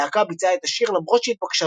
הלהקה ביצעה את השיר למרות שהתבקשה